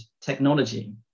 technology